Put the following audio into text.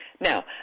Now